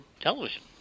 television